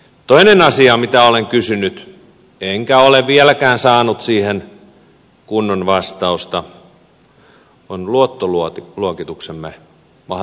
toinen asia mitä olen kysynyt enkä ole vieläkään saanut siihen kunnon vastausta on luottoluokituksemme mahdollinen lasku